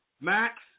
Max